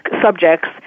subjects